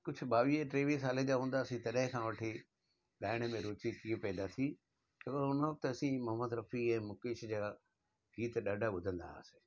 कुझु ॿावीह टेवीह साल जा हूंदासीं तॾहिं खां वठी ॻाइण में रूची कीअं पैदा थी पहिरियों उन वक़्तु असां मोहम्म्द रफी ऐं मुकेश जहिड़ा गीत ॾाढा ॿुधंदा हुआसीं